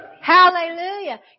Hallelujah